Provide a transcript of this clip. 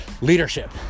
leadership